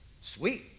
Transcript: sweet